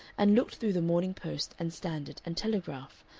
and looked through the morning post and standard and telegraph,